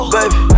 Baby